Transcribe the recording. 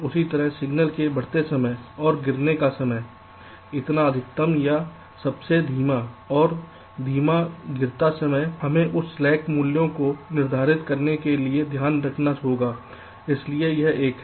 इसी तरह सिग्नल के बढ़ते समय और गिरने का समय इतना अधिकतम या सबसे धीमा और धीमा गिरता समय हमें इस स्लैक मूल्यों को निर्धारित करने के लिए ध्यान रखना होगा इसलिए यह एक है